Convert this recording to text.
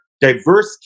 diverse